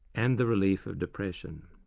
and the relief of depression.